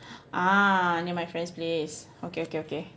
ah near my friend's place okay okay okay